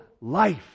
life